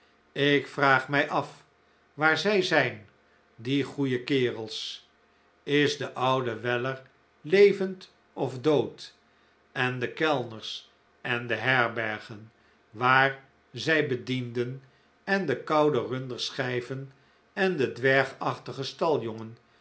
ik vraag mij af waar zij zijn die goeie kerels is de oude weller levend of dood en de kellners en de herbergen waar zij bedienden en de koude runderschijven en de dwergachtige